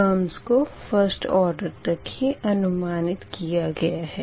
terms को first order तक ही अनुमानित किया है